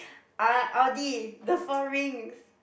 uh Audi the four rings